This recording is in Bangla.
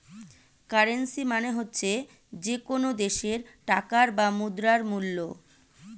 কারেন্সী মানে হচ্ছে যে কোনো দেশের টাকার বা মুদ্রার মূল্য